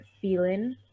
feeling